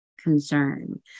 concern